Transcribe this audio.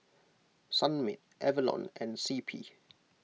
Sunmaid Avalon and C P